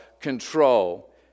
control